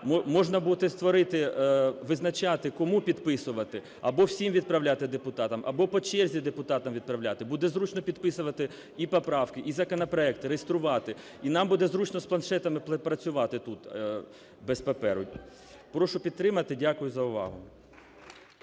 Можна буде створити, визначати, кому підписувати, або всім відправляти депутатам, або по черзі депутатам відправляти. Буде зручно підписувати і поправки, і законопроекти реєструвати. І нам буде зручно з планшетами працювати тут без паперу. Прошу підтримати. Дякую за увагу.